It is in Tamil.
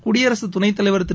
குடியரசுத் துணைத் தலைவர் திரு